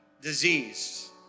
disease